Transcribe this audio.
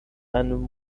einem